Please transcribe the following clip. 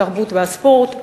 התרבות והספורט.